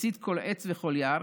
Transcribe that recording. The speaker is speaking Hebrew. מצית כל עץ וכל יער,